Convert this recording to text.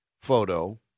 photo